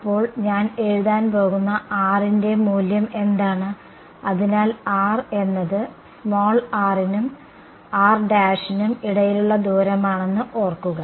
അപ്പോൾ ഞാൻ എഴുതാൻ പോകുന്ന R ന്റെ മൂല്യം എന്താണ് അതിനാൽ R എന്നത് r നും r നും ഇടയിലുള്ള ദൂരമാണെന്ന് ഓർക്കുക